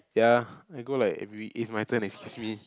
ya I go like every it's my turn excuse me